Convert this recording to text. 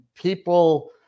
people